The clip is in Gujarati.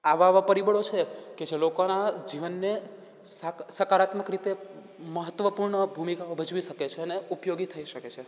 આવા આવા પરિબળો છે કે જે લોકોના જીવનને સાકાર સકારાત્મક રીતે મહત્ત્વપૂર્ણ ભૂમિકાઓ ભજવી શકે છેને ઉપયોગી થઈ શકે છે